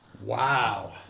Wow